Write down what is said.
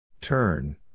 Turn